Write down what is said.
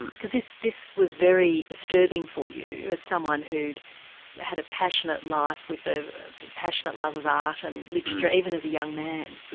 because this this was very disturbing for you as someone who'd had a passionate life with a passionate love of art and literature, even as a young man? and